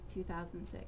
2006